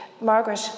Margaret